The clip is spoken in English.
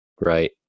Right